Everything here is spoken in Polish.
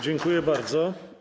Dziękuję bardzo.